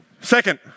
Second